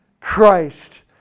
Christ